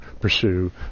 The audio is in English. pursue